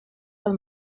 del